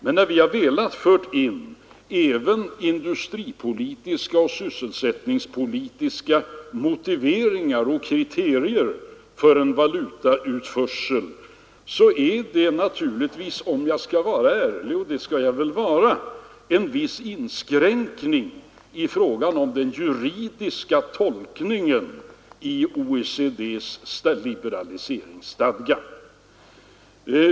Att vi velat föra in även industripolitiska och sysselsättningspolitiska motiveringar och kriterier för en valutautförsel innebär naturligtvis om jag skall vara ärlig — och det skall jag väl vara — en viss inskränkning i den juridiska tolkningen av OECD:s liberaliseringsstadga.